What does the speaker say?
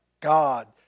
God